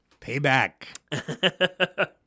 Payback